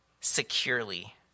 securely